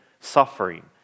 suffering